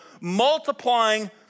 multiplying